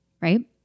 right